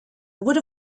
would